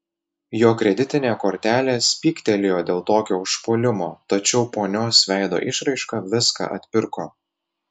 jo kreditinė kortelė spygtelėjo dėl tokio užpuolimo tačiau ponios veido išraiška viską atpirko